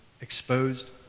exposed